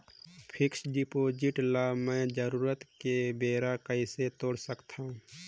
Fixed deposit ल मैं जरूरत के बेरा कइसे तोड़ सकथव?